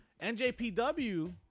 NJPW